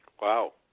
Wow